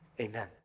amen